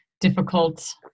difficult